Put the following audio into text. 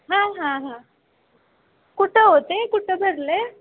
हां हां हां कुठं आहे हो ते कुठं भरलं आहे